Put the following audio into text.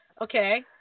okay